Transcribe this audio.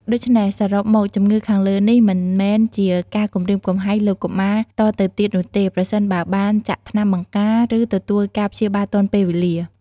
ដូច្នេះ សរុបមកជម្ងឺខាងលើនេះមិនមែនជាការគំរាមគំហែងលើកុមារតទៅទៀតនោះទេ ប្រសិនបើបានចាក់ថ្នាំបង្ការ ឬ ទទួលការព្យាបាលទាន់ពេលវេលា។